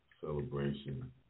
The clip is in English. celebration